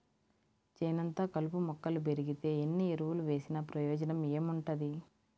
చేనంతా కలుపు మొక్కలు బెరిగితే ఎన్ని ఎరువులు వేసినా ప్రయోజనం ఏముంటది